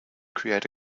create